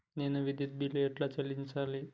నేను విద్యుత్ బిల్లు ఎలా చెల్లించాలి?